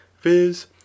viz